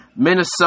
Minnesota